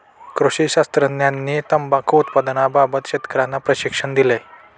कृषी शास्त्रज्ञांनी तंबाखू उत्पादनाबाबत शेतकर्यांना प्रशिक्षण दिले